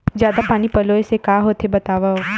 जादा पानी पलोय से का होथे बतावव?